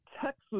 Texas